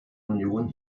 union